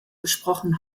gesprochen